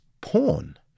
porn